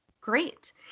Great